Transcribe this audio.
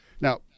Now